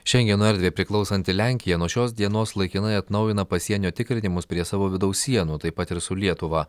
šengeno erdvei priklausanti lenkija nuo šios dienos laikinai atnaujina pasienio tikrinimus prie savo vidaus sienų taip pat ir su lietuva